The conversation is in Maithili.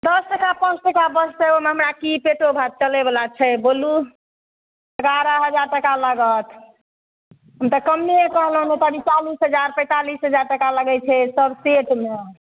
दस टाका पाँच टाका बचतय ओइमे हमरा की पेटो भात चलयवला छै बोलू एगारह हजार टाका लागत हम तऽ कम्मे कहलहुँ नहि तऽ अभी चालीस हजार पैंतालिस हजार टाका लगय छै सब सेटमे